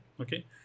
okay